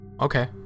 Okay